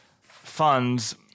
funds